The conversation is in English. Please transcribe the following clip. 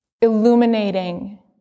illuminating